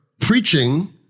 preaching